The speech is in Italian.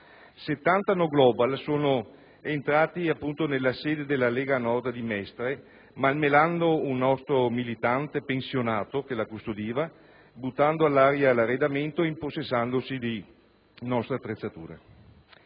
70 no global sono entrati nella sede della Lega Nord di Mestre, malmenando un nostro militante, pensionato, che la custodiva, buttando all'aria l'arredamento e impossessandosi di nostre attrezzature.